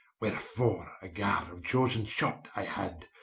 wherefore a guard of chosen shot i had,